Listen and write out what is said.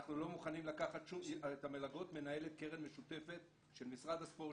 את המלגות מנהלת קרן משותפת של משרד הספורט,